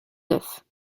neufs